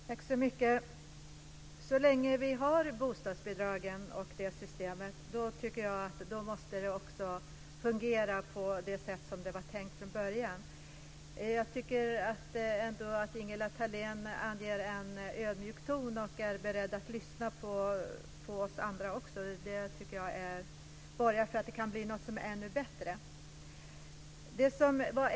Fru talman! Så länge vi har systemet med bostadsbidrag tycker jag att det måste fungera på det sätt som från början var tänkt. Jag tycker att Ingela Thalén anslår en ödmjuk ton och är beredd att lyssna på oss andra, och det borgar för att förhållandena kan bli bättre.